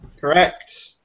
Correct